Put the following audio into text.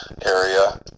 area